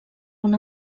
una